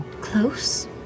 close